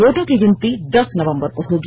वोटों की गिनती दस नवम्बर को होगी